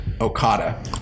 Okada